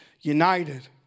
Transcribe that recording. united